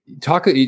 Talk